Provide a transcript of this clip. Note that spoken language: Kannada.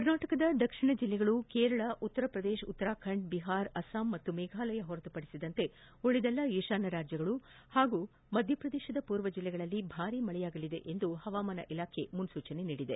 ಕರ್ನಾಟಕದ ದಕ್ಷಿಣ ಜಿಲ್ಲೆಗಳು ಕೇರಳ ಉತ್ತರಪ್ರದೇಶ ಉತ್ತರಾಖಂಡ್ ಬಿಹಾರ ಅಸ್ಲಾಂ ಮತ್ತು ಮೇಫಾಲಯ ಹೊರತು ಪಡಿಸಿದಂತೆ ಉಳಿದೆಲ್ಲ ಈಶಾನ್ಯ ರಾಜ್ಯಗಳು ಮತ್ತು ಮಧ್ಯಪ್ರದೇಶದ ಪೂರ್ವ ಜಿಲ್ಲೆಗಳಲ್ಲಿ ಭಾರಿ ಮಳೆಯಾಗಲಿದೆ ಎಂದು ಹವಾಮಾನ ಇಲಾಖೆ ಮುನ್ನೂಚನೆ ನೀಡಿದೆ